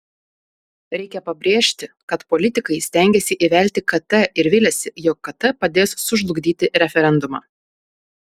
reikia pabrėžti kad politikai stengiasi įvelti kt ir viliasi jog kt padės sužlugdyti referendumą